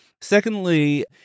Secondly